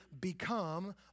become